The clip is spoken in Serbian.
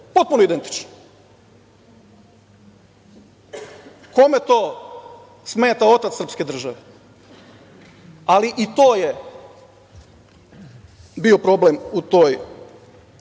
potpuno identično. Kome to smeta otac srpske države? Ali, i to je bio problem u tom